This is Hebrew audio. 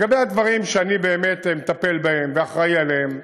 לגבי הדברים שאני באמת מטפל בהם ואחראי להם,